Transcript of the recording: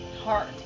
heart